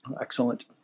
Excellent